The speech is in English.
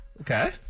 Okay